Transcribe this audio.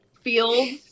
fields